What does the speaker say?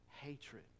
hatred